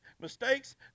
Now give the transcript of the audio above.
Mistakes